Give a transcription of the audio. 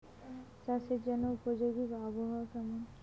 চাষের জন্য উপযোগী আবহাওয়া কেমন?